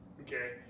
Okay